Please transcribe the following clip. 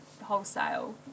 wholesale